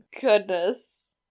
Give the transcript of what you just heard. goodness